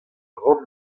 ran